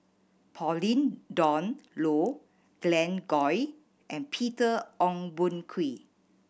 Pauline Dawn Loh Glen Goei and Peter Ong Boon Kwee